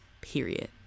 period